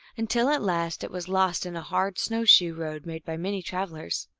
until at last it was lost in a hard snow shoe road made by many travelers.